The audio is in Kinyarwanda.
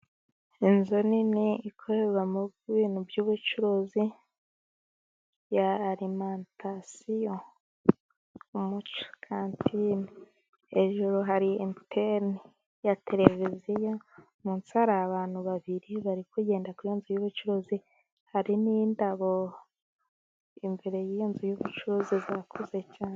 Inzu nini ikorerwamo ibintu by'ubucuruzi ya alimentasiyo. Umucyo kantine. Hejuru hari antene ya televiziyo, munsi hari abantu babiri bari kugenda kuri iyo nzu y'ubucuruzi. Hari n'indabo, imbere y'iyo nzu y'ubucuruzi zakuze cyane.